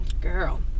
girl